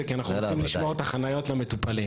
זה כי אנחנו רוצים לשמור את החניות למטופלים.